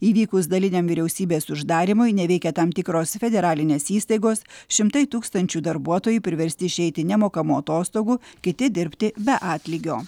įvykus daliniam vyriausybės uždarymui neveikia tam tikros federalinės įstaigos šimtai tūkstančių darbuotojų priversti išeiti nemokamų atostogų kiti dirbti be atlygio